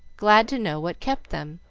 glad to know what kept them,